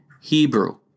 Hebrew